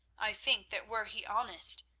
i think that were he honest,